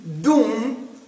Doom